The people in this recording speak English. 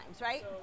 right